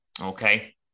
Okay